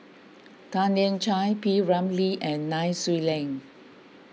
Tan Lian Chye P Ramlee and Nai Swee Leng